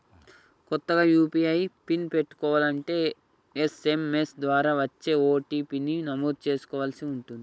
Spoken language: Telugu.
కొత్తగా యూ.పీ.ఐ పిన్ పెట్టుకోలంటే ఎస్.ఎం.ఎస్ ద్వారా వచ్చే ఓ.టీ.పీ ని నమోదు చేసుకోవలసి ఉంటుంది